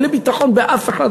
רבותי, אין לי ביטחון באף אחד.